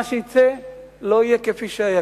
מה שיצא לא יהיה כפי שהיה,